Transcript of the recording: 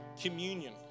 Communion